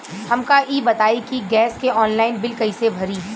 हमका ई बताई कि गैस के ऑनलाइन बिल कइसे भरी?